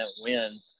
win